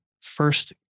first